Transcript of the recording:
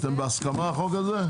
אתם בהסכמה על החוק הזה?